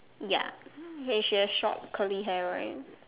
ya and she has short curly hair right